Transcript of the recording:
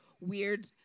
weird